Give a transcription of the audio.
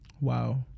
Wow